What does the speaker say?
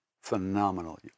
phenomenal